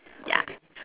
yeah